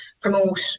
promote